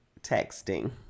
texting